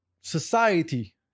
society